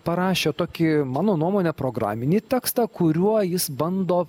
parašė tokį mano nuomone programinį tekstą kuriuo jis bando